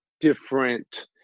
different